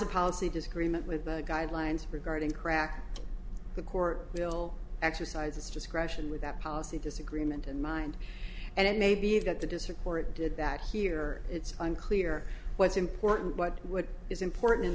a policy disagreement with guidelines regarding crack the court will exercise its discretion with that policy disagreement in mind and it may be that the district court did that here it's unclear what's important but what is important in